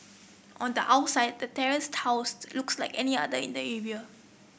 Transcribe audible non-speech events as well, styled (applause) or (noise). on the outside the terrace (unintelligible) looks like any other in the area